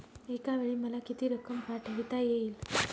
एकावेळी मला किती रक्कम पाठविता येईल?